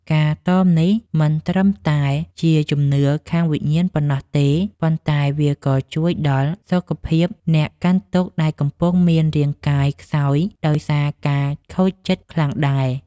ការតមនេះមិនត្រឹមតែជាជំនឿខាងវិញ្ញាណប៉ុណ្ណោះទេ ប៉ុន្តែវាក៏ជួយដល់សុខភាពអ្នកកាន់ទុក្ខដែលកំពុងមានរាងកាយខ្សោយដោយសារការខូចចិត្តខ្លាំងដែរ។